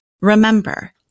Remember